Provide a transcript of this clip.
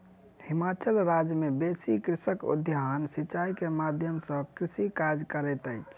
हिमाचल राज्य मे बेसी कृषक उद्वहन सिचाई के माध्यम सॅ कृषि कार्य करैत अछि